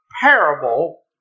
parable